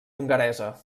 hongaresa